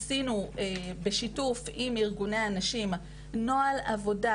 עשינו בשיתוף עם ארגוני הנשים נוהל עבודה,